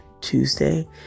Tuesday